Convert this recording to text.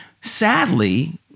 Sadly